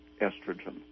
estrogen